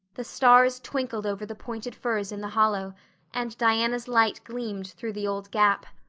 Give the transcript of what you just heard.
the stars twinkled over the pointed firs in the hollow and diana's light gleamed through the old gap.